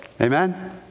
Amen